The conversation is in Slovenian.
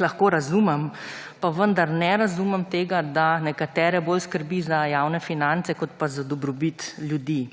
lahko razumem pa vendar ne razumem tega, da nekatere bolj skrbi za javne finance kot pa za dobrobit ljudi.